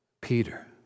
Peter